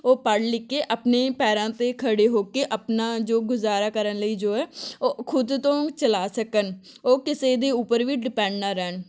ਉਹ ਪੜ੍ਹ ਲਿਖ ਕੇ ਆਪਣੇ ਪੈਰਾਂ 'ਤੇ ਖੜ੍ਹੇ ਹੋ ਕੇ ਆਪਣਾ ਜੋ ਗੁਜ਼ਾਰਾ ਕਰਨ ਲਈ ਜੋ ਹੈ ਉਹ ਖੁਦ ਤੋਂ ਚਲਾ ਸਕਣ ਉਹ ਕਿਸੇ ਦੇ ਉੱਪਰ ਵੀ ਡਿਪੈਂਡ ਨਾ ਰਹਿਣ